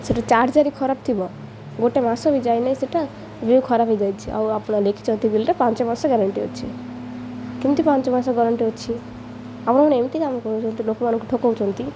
ସେଟା ଚାର୍ଜର୍ ହିଁ ଖରାପ ଥିବ ଗୋଟେ ମାସ ବି ଯାଇନାହିଁ ସେଇଟା ବିଲ୍ ଖରାପ ହେଇଯାଇଛି ଆଉ ଆପଣ ଦେଖିଛନ୍ତି ବିଲ୍ରେ ପାଞ୍ଚ ମାସ ଗ୍ୟାରେଣ୍ଟି ଅଛି କେମିତି ପାଞ୍ଚ ମାସ ଗ୍ୟାରେଣ୍ଟି ଅଛି ଆପଣ ଏମିତି କାମ କରୁନ୍ତି ଲୋକମାନଙ୍କୁ ଠକାଉଛନ୍ତି